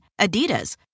Adidas